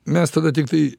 mes tada tiktai